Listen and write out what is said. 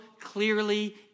clearly